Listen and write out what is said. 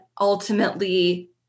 ultimately